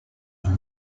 are